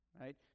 right